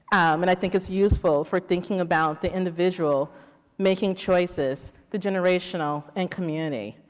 and i think it's useful for thinking about the individual making choices to generational and communities.